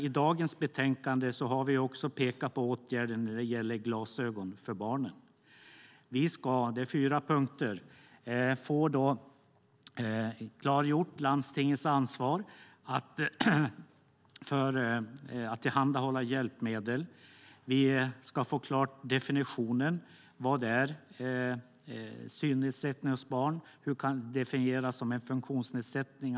I dagens betänkande har vi också pekat på åtgärder när det gäller glasögon för barn. Det är fyra punkter. Vi ska få landstingets ansvar för att tillhandahålla hjälpmedel klargjort. Vi ska klargöra definitionen: Vad är synnedsättning hos barn? Det ska klargöras hur det kan definieras som en funktionsnedsättning.